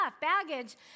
baggage